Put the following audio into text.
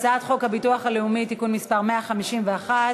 חוק הביטוח הלאומי (תיקון מס' 151),